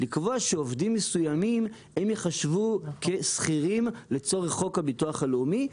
לקבוע שעובדים מסוימים ייחשבו כשכירים לצורך חוק הביטוח הלאומי,